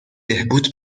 بهبود